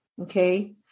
Okay